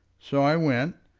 so i went,